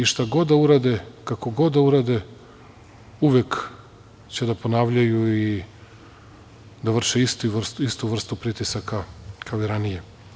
I šta god da urade, kako god da urade, uvek će da ponavljaju i da vrše istu vrstu pritisaka, kao i ranije.